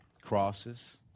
crosses